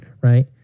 right